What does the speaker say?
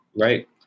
Right